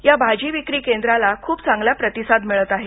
या भाजी विक्री केंद्राला खूप चांगला प्रतिसाद मिळत आहे